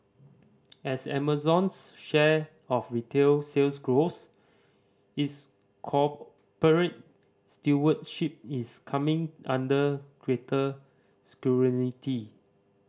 as Amazon's share of retail sales grows its corporate stewardship is coming under greater